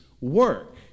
work